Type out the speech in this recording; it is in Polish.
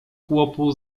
chłopu